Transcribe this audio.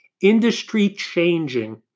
industry-changing